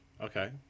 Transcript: Okay